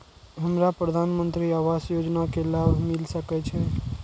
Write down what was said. हमरा प्रधानमंत्री आवास योजना के लाभ मिल सके छे?